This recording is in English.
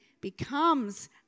becomes